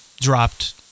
dropped